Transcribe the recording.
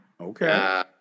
Okay